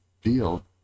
deal